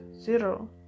zero